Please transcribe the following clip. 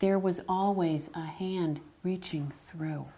there was always a hand reaching through